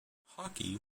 hockey